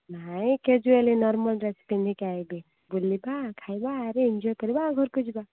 ନାହିଁ casually normal dress ପିନ୍ଧିକି ଆସିବି ବୁଲିବା ଖାଇବା ଆରେ ଏନଜୟ୍ କରିବା ଆଉ ଘରକୁ ଯିବା